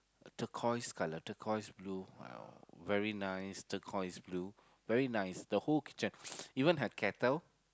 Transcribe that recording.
turquoise colour turquoise blue very nice turquoise blue very nice the whole kitchen even her kettle